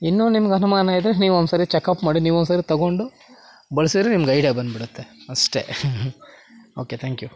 ಇನ್ನೂ ನಿಮ್ಗೆ ಅನುಮಾನ ಇದ್ದರೆ ನೀವು ಒಂದ್ಸರಿ ಚೆಕಪ್ ಮಾಡಿ ನೀವು ಒಂದ್ಸರಿ ತೊಗೊಂಡು ಬಳಸಿದ್ರೆ ನಿಮ್ಗೆ ಐಡ್ಯಾ ಬಂದ್ಬಿಡತ್ತೆ ಅಷ್ಟೆ ಓಕೆ ಥ್ಯಾಂಕ್ ಯು